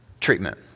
treatment